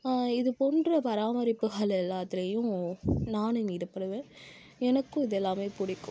இது போன்ற பராமரிப்புகள் எல்லாத்துலேயும் நானும் ஈடுபடுவேன் எனக்கும் இது எல்லாம் பிடிக்கும்